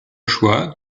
choix